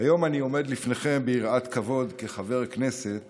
היום אני עומד לפניכם ביראת כבוד כחבר כנסת